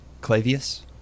Clavius